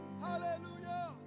Hallelujah